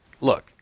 Look